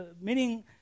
Meaning